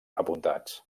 apuntats